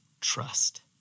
trust